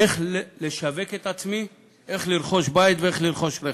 איך לשווק את עצמי, איך לרכוש בית ואיך לרכוש רכב.